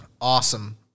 Awesome